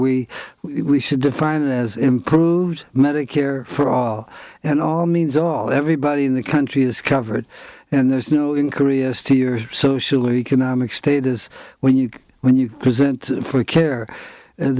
r we should define it as improved medicare for all and all means all everybody in the country is covered and there's no in korea steers social economic status when you can when you present for care and